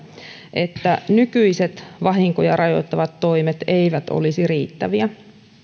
että nykyiset vahinkoja rajoittavat toimet eivät olisi riittäviä